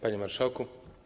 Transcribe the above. Panie Marszałku!